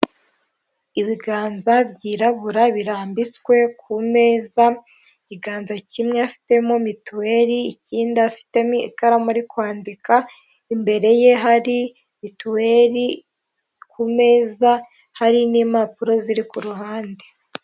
Ibiganza byirabura birambitswe ku meza ikiganza kimwe afitemo mituweli ikindinda afitemo ikaramu ari kwandika imbere ye hari mituweri ku meza hari n'impapuro ziri kuruhande.